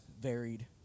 varied